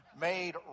Made